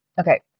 okay